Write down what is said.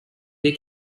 they